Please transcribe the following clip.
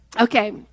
Okay